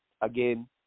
again